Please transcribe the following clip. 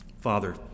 Father